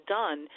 done